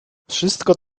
wszystko